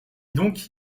donc